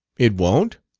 it won't?